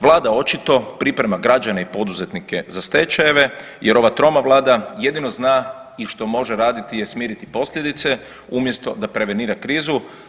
Vlada očito priprema građane i poduzetnike za stečajeve, jer ova troma Vlada jedino zna i što može raditi je smiriti posljedice umjesto da prevenira krizu.